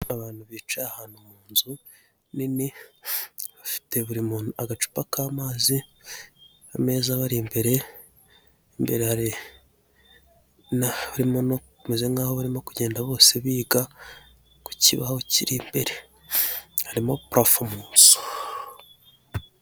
Abantu bicaye ahantu mu nzu nini, bafite buri muntu agacupa k'amazi, ameza abari imbere, imberere bameze nk'aho barimo kugenda bose biga ku kibaho kiri imbere harimo purafo mu nzu.